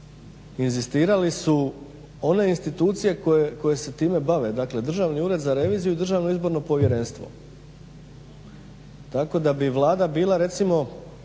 inzistirali su one institucije koje se time bave, dakle Državni ured za reviziju i Državno izborno povjerenstvo. Tako da bi Vlada bila recimo,